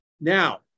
Now